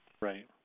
right